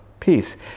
Peace